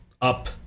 up